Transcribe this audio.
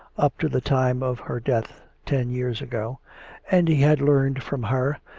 up to the time of her death ten years ago and he had learned from her,